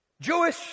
Jewish